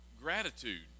gratitude